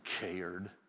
cared